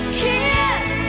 kiss